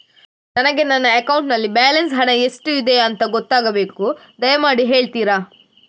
ನನಗೆ ನನ್ನ ಅಕೌಂಟಲ್ಲಿ ಬ್ಯಾಲೆನ್ಸ್ ಹಣ ಎಷ್ಟಿದೆ ಎಂದು ಗೊತ್ತಾಗಬೇಕು, ದಯಮಾಡಿ ಹೇಳ್ತಿರಾ?